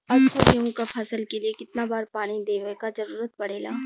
अच्छा गेहूँ क फसल के लिए कितना बार पानी देवे क जरूरत पड़ेला?